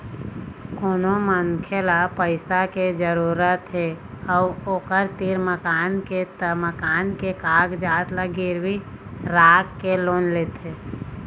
कोनो मनखे ल पइसा के जरूरत हे अउ ओखर तीर मकान के त मकान के कागजात ल गिरवी राखके लोन लेथे